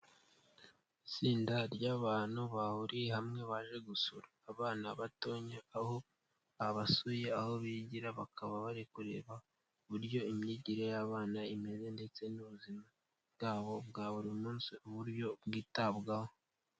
Itsinda ry'abantu bahuriye hamwe baje gusura abana batoya, aho babasuye aho bigira, bakaba bari kureba uburyo imyigire y'abana imeze ndetse n'ubuzima bwabo bwa buri munsi uburyo bwitabwaho.